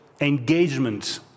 engagement